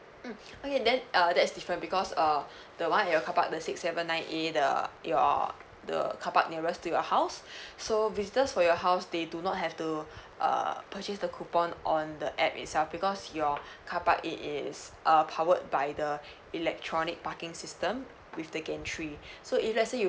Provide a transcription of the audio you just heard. mm okay then uh that's different because err the one at your carpark the six seven nine A the your the carpark nearest to your house so visitors for your house they do not have to err purchase the coupon on the app itself because your carpark it is uh powered by the electronic parking system with the gantry so if let's say you